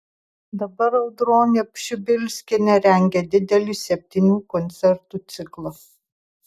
dabar audronė pšibilskienė rengia didelį septynių koncertų ciklą